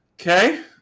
okay